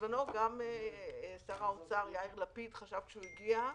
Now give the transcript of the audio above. בזמנו גם שר האוצר יאיר לפיד, עת הגיע למשרד,